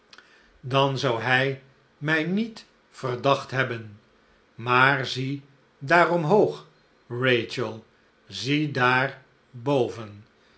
dan zou hij mij niet verdacht hebben maar zie daar omhoog rachel zie daar boven